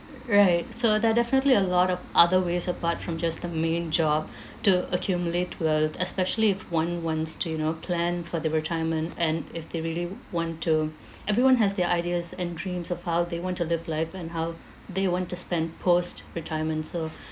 right so there're definitely a lot of other ways apart from just the main job to accumulate wealth especially if one wants to you know plan for their retirement and if they really want to everyone has their ideas and dreams of how they want to live life and how they want to spend post retirement so